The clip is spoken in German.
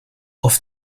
auf